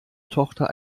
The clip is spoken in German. tochter